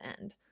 end